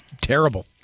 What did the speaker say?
terrible